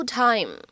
time